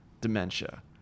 dementia